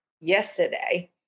yesterday